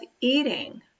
eating